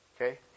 Okay